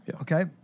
okay